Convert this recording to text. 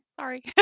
sorry